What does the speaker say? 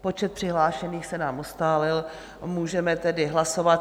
Počet přihlášených se nám ustálil, a můžeme tedy hlasovat.